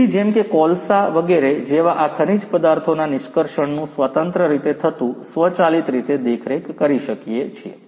તેથી જેમ કે કોલસા વગેરે જેવા આ ખનીજ પદાર્થોના નિષ્કર્ષણનું સ્વાતંત્ર્ય રીતે થતું સ્વચાલિત રીતે દેખરેખ કરી શકીએ છીએ